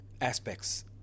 aspects